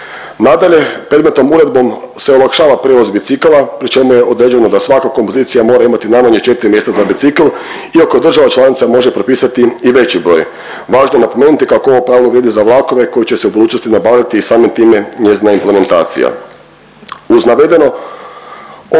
Nadalje, predmetnom uredbom se olakšava prijevoz bicikala pri čemu je određeno da svaka kompozicija mora imati najmanje četri mjesta za bicikl iako država članica može propisati i veći broj. Važno je napomenuti kako ovo pravo vrijedi za vlakove koji će se u budućnosti nabavljati i samim time njezina implementacija. Uz navedeno ova